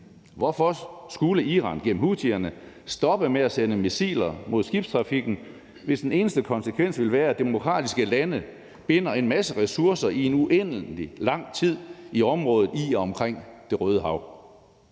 Hvorfor skulle Iran stoppe med gennem houthierne at sende missiler mod skibstrafikken, hvis den eneste konsekvens ville være, at demokratiske lande binder en masse ressourcer i en uendelig lang tid i området i og omkring Det Røde Hav?